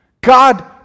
God